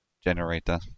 generator